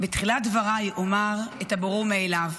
בתחילת דבריי אומר את הברור מאליו: